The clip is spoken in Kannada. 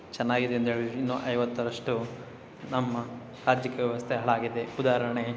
ಚೆನ್ನಾಗಿದೆ ಎಂದು ಹೇಳಿ ಇನ್ನೂ ಐವತ್ತರಷ್ಟು ನಮ್ಮ ರಾಜಕೀಯ ವ್ಯವಸ್ಥೆ ಹಾಳಾಗಿದೆ ಉದಾಹರಣೆ